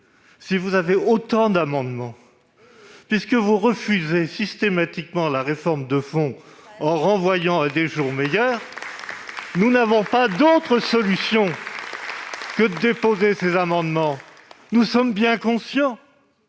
si vous avez autant d'amendements, puisque vous refusez systématiquement la réforme de fond en la renvoyant à des jours meilleurs. Nous n'avons pas d'autre solution que de déposer ces amendements. Nous sommes bien conscients